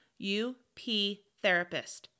uptherapist